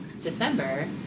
December